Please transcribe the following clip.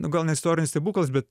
na gal ne istorinis stebuklas bet